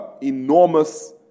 enormous